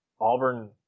Auburn